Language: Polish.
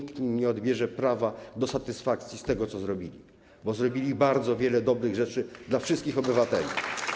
I nikt im nie odbierze prawa do satysfakcji z tego, co zrobili, bo zrobili bardzo wiele dobrych rzeczy dla wszystkich obywateli.